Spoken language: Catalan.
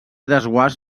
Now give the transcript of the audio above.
desguàs